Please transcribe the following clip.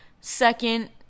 second